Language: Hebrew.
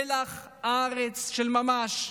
מלח הארץ של ממש,